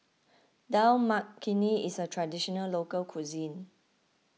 Dal Makhani is a Traditional Local Cuisine